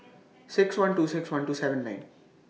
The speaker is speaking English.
six one two six one two seven nine